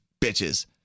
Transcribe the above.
bitches